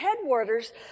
headwaters